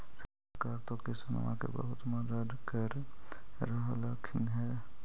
सरकार तो किसानमा के बहुते मदद कर रहल्खिन ह?